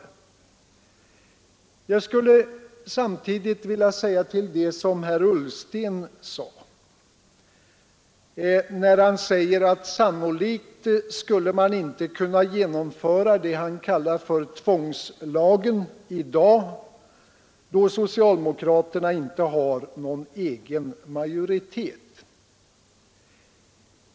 Herr Ullsten säger att sannolikt skulle man inte kunna genomföra det han kallar för tvångslagar i dag, då socialdemokraterna inte har någon egen majoritet.